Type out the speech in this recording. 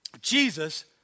Jesus